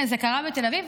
כן, זה קרה בתל אביב.